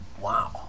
Wow